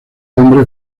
hombre